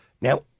Now